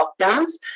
lockdowns